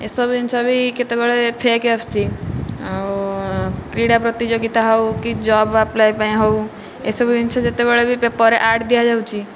ଏସବୁ ଜିନିଷ ବି କେତେବେଳେ ଫେକ୍ ଆସୁଛି ଆଉ କ୍ରୀଡ଼ା ପ୍ରତିଯୋଗିତା ହେଉ କି ଜବ୍ ଆପ୍ଲାଏ ପାଇଁ ହେଉ ଏସବୁ ଜିନିଷ ଯେତେବେଳେ ବି ପେପରରେ ଆଡ଼୍ ଦିଆଯାଉଛି